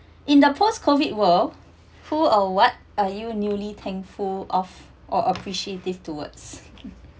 in the post COVID world full or what are you newly thankful of or appreciate these towards